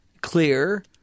clear